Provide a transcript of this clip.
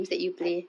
uh